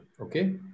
okay